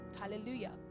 Hallelujah